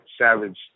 savage